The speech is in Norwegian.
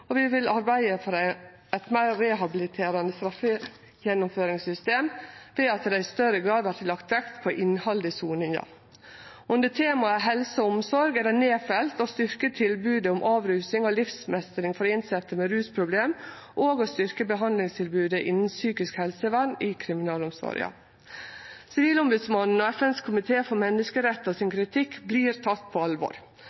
og vi vil arbeide for eit meir rehabiliterande straffegjennomføringssystem ved at det i større grad vert lagt vekt på innhaldet i soninga. Under temaet helse og omsorg er det nedfelt å styrkje tilbodet om avrusing og livsmeistring for innsette med rusproblem og å styrkje behandlingstilbodet innan psykisk helsevern i kriminalomsorga. Sivilombodsmannen og FNs komité for menneskerettar sin